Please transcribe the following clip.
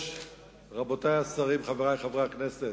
רבותי השרים, חברי חברי הכנסת,